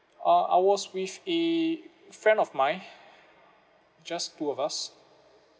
ah I was with a friend of mine just two of us